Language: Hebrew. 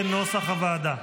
כהצעת הוועדה,